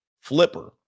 flipper